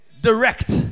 direct